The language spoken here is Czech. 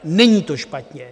Není to špatně.